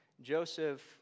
Joseph